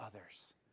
others